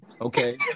okay